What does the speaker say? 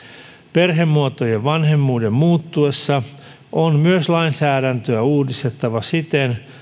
perhemuotojen ja vanhemmuuden muuttuessa on myös lainsäädäntöä uudistettava siten